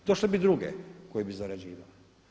I došle bi druge koje bi zarađivale.